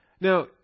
Now